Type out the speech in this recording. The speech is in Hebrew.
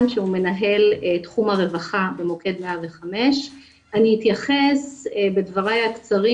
שהוא מנהל תחום הרווחה במוקד 105. אני אתייחס בדבריי הקצרים